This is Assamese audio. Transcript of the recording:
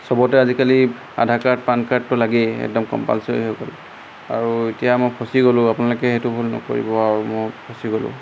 চবতে আজিকালি আধাৰ কাৰ্ড পান কাৰ্ডটো লাগেই একদম কম্পালচৰি হৈ গ'ল আৰু এতিয়া মই ফচি গ'লোঁ আপোনালোকে সেইটো ভুল নকৰিব আৰু মই ফচি গ'লোঁ